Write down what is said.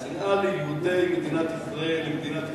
השנאה ליהודי מדינת ישראל, למדינת ישראל?